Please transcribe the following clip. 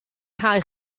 cae